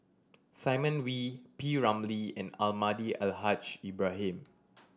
Simon Wee P Ramlee and Almahdi Al Haj Ibrahim